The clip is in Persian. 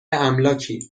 املاکی